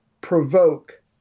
provoke